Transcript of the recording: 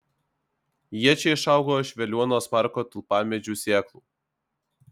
jie čia išaugo iš veliuonos parko tulpmedžių sėklų